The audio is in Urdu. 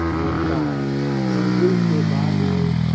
جوڑتا ہے لاگ ان کے بعد میں